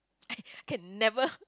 I can never